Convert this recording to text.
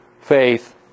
faith